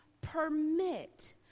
permit